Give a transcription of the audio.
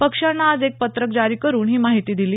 पक्षानं आज एक पत्रक जारी करून ही माहिती दिली